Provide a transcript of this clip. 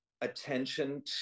attention